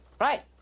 Right